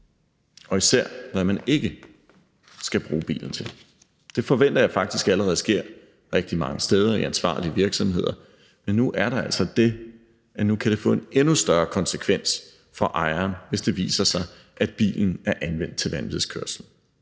og især hvad man ikke skal bruge bilen til. Det forventer jeg faktisk allerede sker rigtig mange steder i ansvarlige virksomheder, men nu er der altså det, at det nu kan få en endnu større konsekvens for ejeren, hvis det viser sig, at bilen er anvendt til vanvidskørsel,